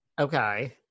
Okay